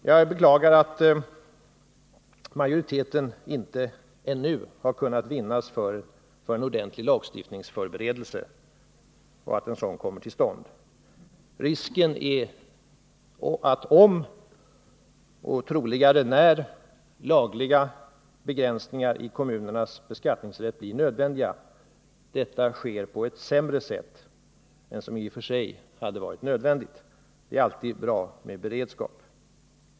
Jag beklagar att majoriteten ännu inte har kunnat vinnas för att en ordentlig lagstiftningsförberedelse skall komma till stånd. Risken är att om — eller troligare när — lagliga begränsningar i kommunernas beskattningsrätt blir nödvändiga, dessa sker på ett sämre sätt än som i och för sig hade varit nödvändigt. Det är alltid bra med beredskap.